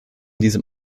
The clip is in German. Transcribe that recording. diesem